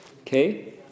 okay